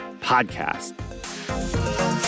podcast